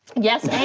yes, yeah